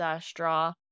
straw